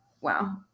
Wow